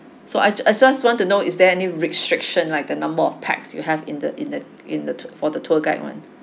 so I I just want to know is there any restriction like the number of pax you have in the in the in the for the tour guide [one]